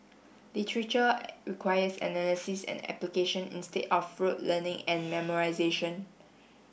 literature requires analysis and application instead of rote learning and memorisation